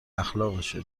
اخلاقشه